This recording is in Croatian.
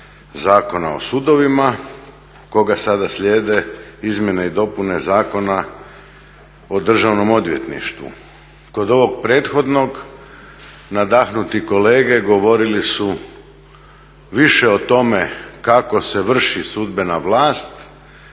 o sudovima koga sada slijede izmjene i dopune Zakona o državnom odvjetništvu. Kod ovog prethodnog nadahnuti kolege govorili su više o tome kako se vrši sudbena vlast,